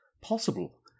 possible